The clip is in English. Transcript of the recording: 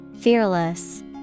Fearless